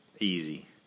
Easy